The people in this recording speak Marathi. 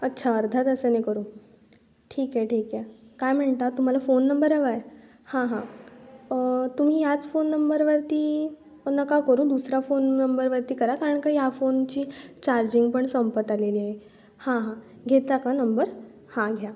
अच्छा अर्धा तासाने करू ठीक आहे ठीक आहे काय म्हणता तुम्हाला फोन नंबर हवा आहे हां हां तुम्ही याच फोन नंबरवरती नका करू दुसरा फोन नंबरवरती करा कारण का या फोनची चार्जिंग पण संपत आलेली आहे हां हां घेता का नंबर हां घ्या